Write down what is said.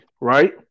right